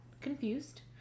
confused